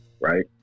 right